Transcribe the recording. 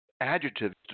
adjectives